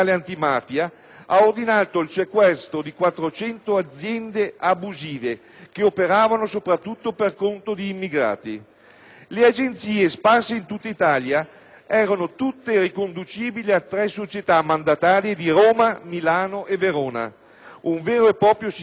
Le agenzie, sparse in tutta Italia, erano tutte riconducibili a tre società mandatarie di Roma, Milano e Verona. Un vero e proprio sistema bancario parallelo. Le agenzie di *money transfer*, utilizzate soprattutto dagli immigrati per le loro rimesse in patria, sono ormai